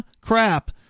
crap